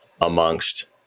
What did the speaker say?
amongst